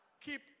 Keep